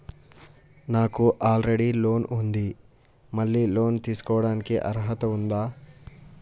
నాకు already loan ఉండి మళ్ళీ లోన్ తీసుకోవడానికి అర్హత ఉందా?